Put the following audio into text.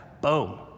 Boom